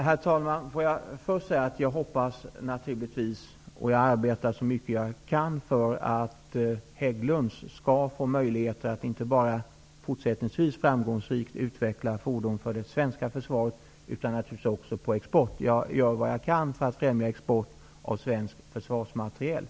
Herr talman! Får jag först säga att jag naturligtvis hoppas och arbetar så mycket jag kan för att Hägglunds skall få möjligheter att även fortsättningsvis framgångsrikt utveckla fordon för det svenska försvaret och även för export. Jag gör vad jag kan för att främja export av svensk försvarsmateriel.